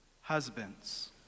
husbands